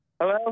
Hello